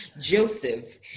Joseph